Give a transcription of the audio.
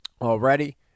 Already